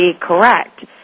correct